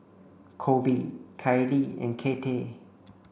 Colby Kylee and Kathey